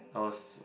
I was